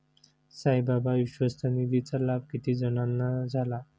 साईबाबा विश्वस्त निधीचा लाभ किती जणांना झाला?